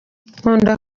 nkunda